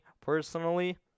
personally